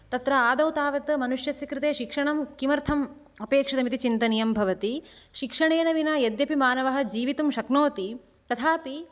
तत्र आदौ तावत् मनुष्यस्य कृते शिक्षणं किमर्थम् अपेक्षितम् इति चिन्तनीयं भवति शिक्षणेन विना यद्यपि मानवः जीवितुं शक्नोति तथापि